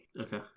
Okay